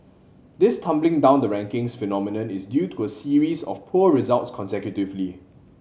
this tumbling down the rankings phenomenon is due to a series of poor results consecutively